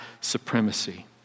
supremacy